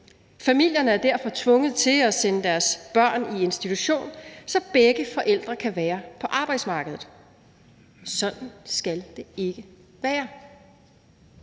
Familierne er derfor tvunget til at sende deres børn i institution, så begge forældre kan være på arbejdsmarkedet. Sådan skal det ikke være.